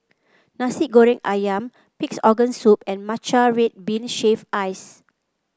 Nasi Goreng ayam Pig's Organ Soup and Matcha Red Bean Shaved Ice